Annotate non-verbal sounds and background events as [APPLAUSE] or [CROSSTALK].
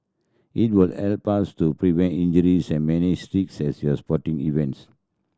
it will help us to prevent injuries and many [UNINTELLIGIBLE] at [UNINTELLIGIBLE] sporting events